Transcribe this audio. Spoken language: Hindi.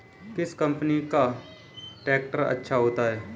किस कंपनी का ट्रैक्टर अच्छा होता है?